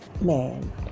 man